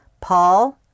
Paul